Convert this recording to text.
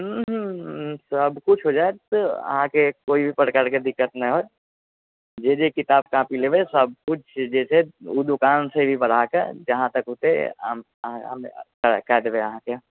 सब किछु हो जायत अहाँके कोई प्रकारके दिक्कत नहि होयत जे जे किताब कॉपी लेबै सब किछु जे छै ओ दोकानसँ भी बढ़ाके जहाँ तक भी हेतै कए देबै अहाँके